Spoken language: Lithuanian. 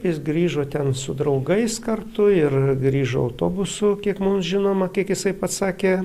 jis grįžo ten su draugais kartu ir grįžo autobusu kiek mums žinoma kiek jisai pats sakė